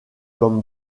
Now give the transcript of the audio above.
comme